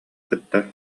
кытта